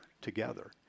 together